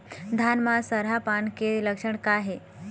धान म सरहा पान के लक्षण का हे?